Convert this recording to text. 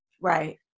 Right